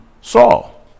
Saul